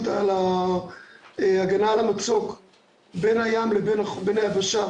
על ההגנה על המצוק בין הים לבין היבשה